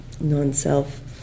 non-self